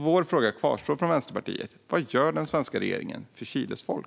Vår fråga kvarstår från Vänsterpartiet: Vad gör den svenska regeringen för Chiles folk?